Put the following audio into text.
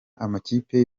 amakipe